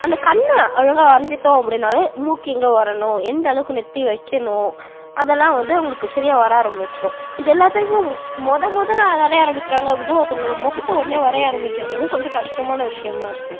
அந்த கண்ணை அழகாக வரைஞ்சிட்டோம் அப்படினாலே மூக்கு எங்கே வரணும் எந்தளவுக்கு நெற்றி வைக்கணும் அதெலாம் வந்து உங்களுக்கு சரியாக வர ஆரம்பிச்சிரும் இது எல்லாத்துக்கும் மொதல் முதல வரைய ஆரம்பிக்கிறாங்க அப்படினா ஒருத்தவங்ளோட முகத்த உடனே வரைய ஆரம்பிக்கிறது வந்து கொஞ்சம் கஷ்டமான விஷயமா இருக்கும்